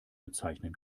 bezeichnen